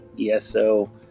eso